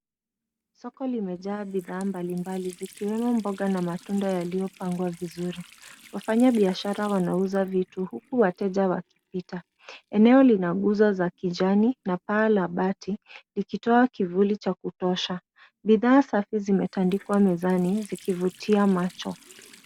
Soko limejaa bidhaa mbalimbali zikiwemo mboga na matunda yaliyopangwa vizuri. Wafanyabiashara wanauza vitu huku wateja wakipita. Eneo lina nguzo za kijani na paa la bati likitoa kivuli cha kutosha. Bidhaa safi zimetandikwa mezani zikivutia macho.